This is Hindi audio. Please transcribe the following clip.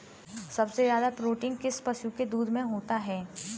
सबसे ज्यादा प्रोटीन किस पशु के दूध में होता है?